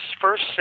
first